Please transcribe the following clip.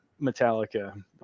Metallica